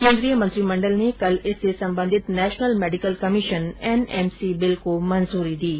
केन्द्रीय मंत्रिमंडल ने कल इससे संबंधित national medical commission NMC bill को मंजूरी दे दी है